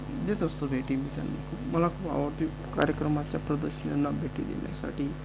देत असतो भेटी मी त्यांना मला खूप आवडते कार्यक्रमाच्या प्रदर्शनात भेटी देण्यासाठी